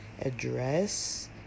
address